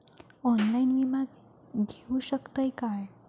Online विमा घेऊ शकतय का?